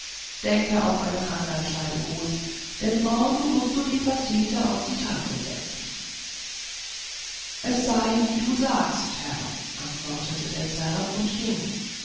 denke auf einen andern scheidegruß denn morgen mußt du die pastete auf die tafel setzen es sei wie du sagst herr antwortete der zwerg und ging